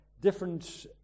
different